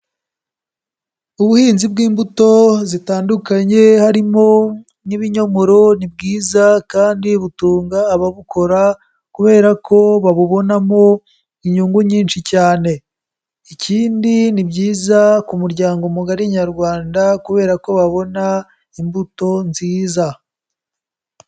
Ubuhinzi bw'imbuto zitandukanye, harimo n'ibinyomoro ni bwiza kandi butunga ababukora kubera ko babubonamo inyungu nyinshi cyane, ikindi ni byiza ku muryango mugari Nyarwanda kubera ko babona imbuto nziza.